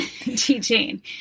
teaching